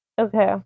Okay